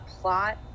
plot